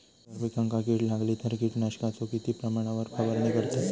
जर पिकांका कीड लागली तर कीटकनाशकाचो किती प्रमाणावर फवारणी करतत?